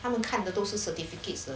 他们看的都是 certificates